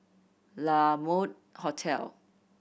La Mode Hotel